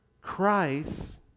Christ